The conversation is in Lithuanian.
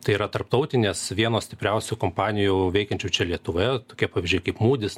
tai yra tarptautinės vienos stipriausių kompanijų veikiančių čia lietuvoje tokie pavyzdžiai kaip mūdis